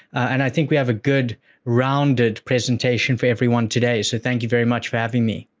and i think we have a good rounded presentation for everyone today. so, thank you very much for having me.